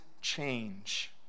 change